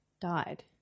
died